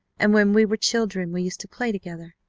and when we were children we used to play together,